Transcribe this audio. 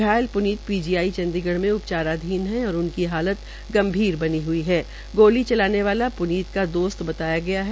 घायल प्नीत पीजीआई चंडीगढ़ में उपाचाराधीन है औ उनकी हालत गंभीर बनी हई है और गोली चलाने वाला प्नीत का दोस्त की बताया गया है